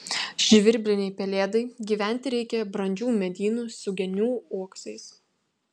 žvirblinei pelėdai gyventi reikia brandžių medynų su genių uoksais